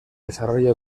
desarrollo